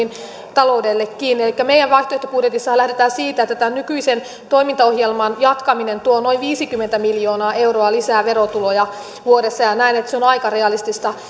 taloudellekin elikkä meidän vaihtoehtobudjetissammehan lähdetään siitä että tämän nykyisen toimintaohjelman jatkaminen tuo noin viisikymmentä miljoonaa euroa lisää verotuloja vuodessa ja näen että se on aika realistista